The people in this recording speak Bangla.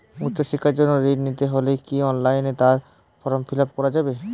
উচ্চশিক্ষার জন্য ঋণ নিতে হলে কি অনলাইনে তার ফর্ম পূরণ করা যাবে?